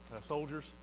soldiers